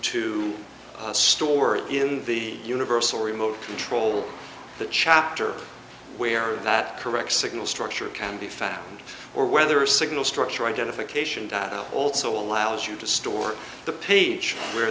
to store it in the universal remote control that chapter where that correct signal structure can be found or whether signal structure identification data also allows you to store the page where